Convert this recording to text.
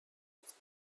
its